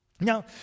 Now